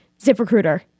ZipRecruiter